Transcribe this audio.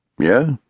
Yeah